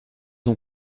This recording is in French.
ont